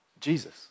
Jesus